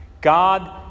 God